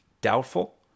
doubtful